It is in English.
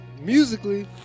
musically